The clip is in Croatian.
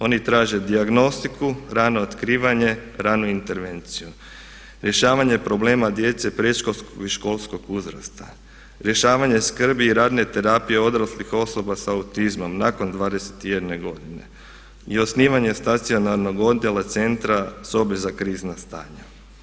Oni traže dijagnostiku, rano otkrivanje, ranu intervenciju, rješavanje problema djece predškolskog i školskog uzrasta, rješavanje skrbi i radne terapije odraslih osoba sa autizmom nakon 21. godine i osnivanje stacionarnog odjela centra sobe za krizna stanja.